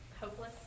Hopeless